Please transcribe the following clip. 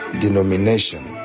denomination